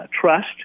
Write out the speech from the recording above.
trust